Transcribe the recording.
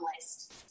list